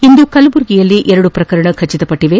ಇಂದು ಕಲಬುರಗಿಯಲ್ಲಿ ಎರಡು ಪ್ರಕರಣ ದೃಢಪಟ್ಟವೆ